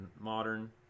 modern